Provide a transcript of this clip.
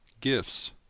Gifts